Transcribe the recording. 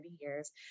years